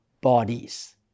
Bodies